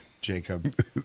Jacob